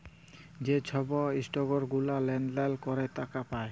যে ছব ইসটক গুলা লেলদেল ক্যরে টাকা পায়